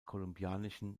kolumbianischen